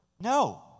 No